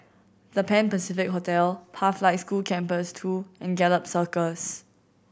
The Pan Pacific Hotel Pathlight School Campus Two and Gallop Circus